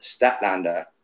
Statlander